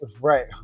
right